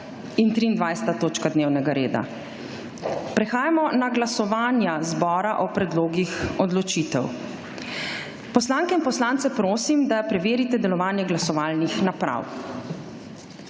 in 23. točka dnevnega reda. Prehajamo na glasovanja Državnega zbora o predlogih odločitev. Poslanke in poslance prosim, da preverijo delovanje glasovalnih naprav.